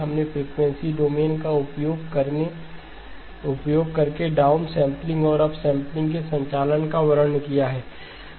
हमने frequency domain का उपयोग करके डाउन सैंपलिंग और अपसेंपलिंग के संचालन का वर्णन किया है